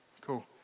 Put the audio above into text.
Cool